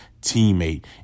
teammate